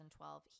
2012